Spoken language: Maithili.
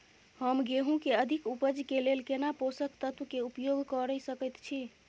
हम गेहूं के अधिक उपज के लेल केना पोषक तत्व के उपयोग करय सकेत छी?